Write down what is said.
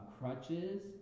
crutches